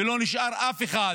ולא נשאר אף אחד